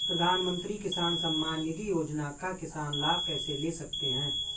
प्रधानमंत्री किसान सम्मान निधि योजना का किसान लाभ कैसे ले सकते हैं?